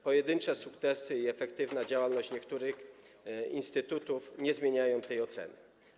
Pojedyncze sukcesy i efektywna działalność niektórych instytutów nie zmieniają tej oceny.